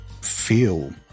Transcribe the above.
feel